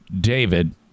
David